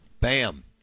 Bam